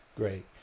Great